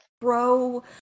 throw